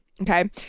Okay